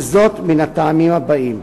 מן הטעמים הבאים: